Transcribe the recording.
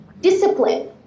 discipline